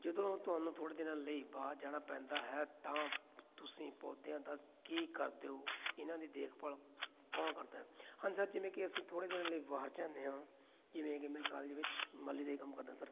ਜਦੋਂ ਤੁਹਾਨੂੰ ਥੋੜ੍ਹੇ ਦਿਨਾਂ ਲਈ ਬਾਹਰ ਜਾਣਾ ਪੈਂਦਾ ਹੈ ਤਾਂ ਤੁਸੀਂ ਪੌਦਿਆਂ ਦਾ ਕੀ ਕਰਦੇ ਹੋ ਇਹਨਾਂ ਦੀ ਦੇਖਭਾਲ ਕੌਣ ਕਰਦਾ ਹਾਂਜੀ ਸਰ ਜਿਵੇਂ ਕਿ ਅਸੀਂ ਥੋੜ੍ਹੇ ਦਿਨ ਲਈ ਬਾਹਰ ਜਾਂਦੇ ਹਾਂ ਜਿਵੇਂ ਕਿ ਮੈਂ ਕਾਲਜ ਵਿੱਚ ਮਾਲੀ ਦਾ ਹੀ ਕੰਮ ਕਰਦਾ ਸਰ